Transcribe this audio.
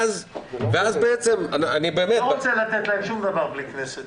לא רוצה לתת להם שום דבר בלי כנסת,